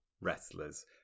wrestlers